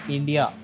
India